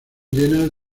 llenas